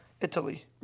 Italy